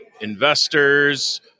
investors